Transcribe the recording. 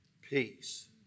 peace